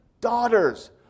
daughters